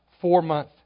four-month